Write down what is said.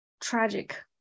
tragic